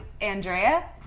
Andrea